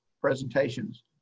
presentations